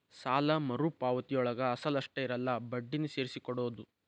ಸಾಲ ಮರುಪಾವತಿಯೊಳಗ ಅಸಲ ಅಷ್ಟ ಇರಲ್ಲ ಬಡ್ಡಿನೂ ಸೇರ್ಸಿ ಕೊಡೋದ್